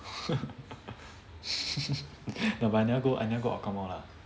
no but I never I never go hougang mall ah